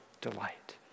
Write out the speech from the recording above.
delight